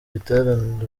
giterane